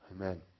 Amen